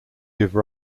give